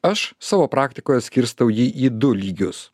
aš savo praktikoje skirstau jį į du lygius